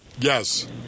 Yes